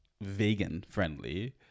vegan-friendly